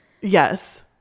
Yes